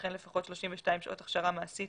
וכן לפחות 32 שעות הכשרה מעשית